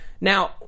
Now